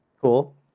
Cool